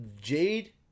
Jade